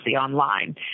online